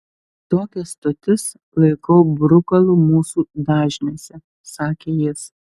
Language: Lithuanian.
tokias stotis laikau brukalu mūsų dažniuose sakė jis